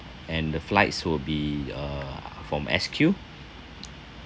and the flights will be uh from S_Q